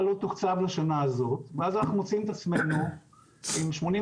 לא תוקצב לשנה הזאת ואז אנחנו מוצאים את עצמנו עם 82